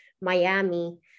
Miami